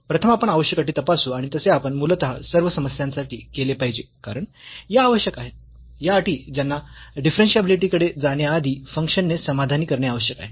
प्रथम आपण आवश्यक अटी तपासू आणि तसे आपण मूलतः सर्व समस्यांसाठी केले पाहिजे कारण या आवश्यक आहेत या अटी ज्यांना डिफरन्शियाबिलिटी कडे जाण्याआधी फंक्शन ने समाधानी करणे आवश्यक आहे